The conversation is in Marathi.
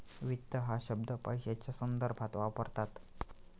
वित्त हा शब्द पैशाच्या संदर्भात वापरतात